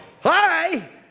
Hi